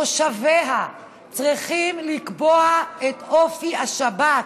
תושביה צריכים לקבוע את אופי השבת.